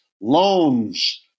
loans